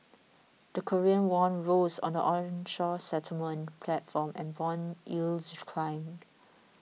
the Korean won rose on the onshore settlement platform and bond yields climbed